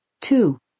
two